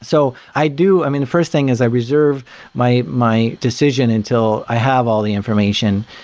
so i do i mean, the first thing is i reserve my my decision until i have all the information.